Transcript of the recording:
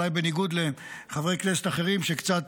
אולי בניגוד לחברי כנסת אחרים שקצת